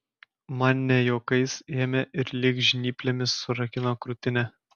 man ne juokais ėmė ir lyg žnyplėmis surakino krūtinę